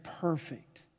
perfect